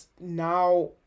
now